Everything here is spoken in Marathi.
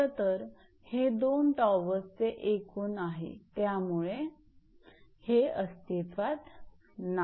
खरंतर हे दोन टॉवर्सचे एकूण आहे त्यामुळे हे अस्तित्त्वात नाही